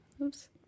Oops